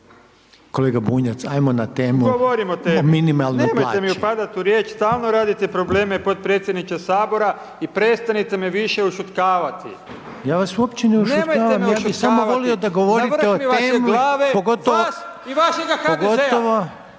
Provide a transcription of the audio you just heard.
Kolega Bunjac ajmo na temu o minimalnoj plaći/…govorim o temi, nemojte mi upadati u riječ, stalno radite probleme potpredsjedniče Sabora i prestanite me više ušutkavati…/Upadica: Ja vas uopće ne ušutkavam, ja bih samo volio da govorite o temi, pogotovo/…nemojte